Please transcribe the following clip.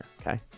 okay